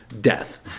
death